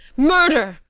murder,